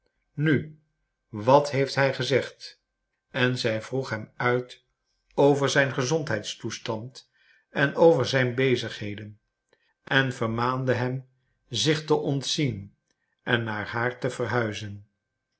nu wat heeft hij gezegd en zij vroeg hem uit over zijn gezondheidstoestand en over zijn bezigheden en vermaande hem zich te ontzien en naar haar te verhuizen